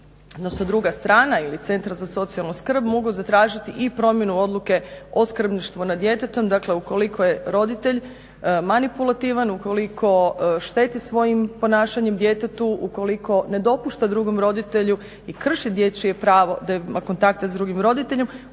druga strana ili centar za socijalnu skrb mogu zatražiti i promjenu odluke o skrbništvu nad djetetom. Dakle, ukoliko je roditelj manipulativan, ukoliko šteti svojim ponašanjem djetetu, ukoliko ne dopušta drugom roditelju i krši dječje pravo da ima kontakte s drugim roditeljem,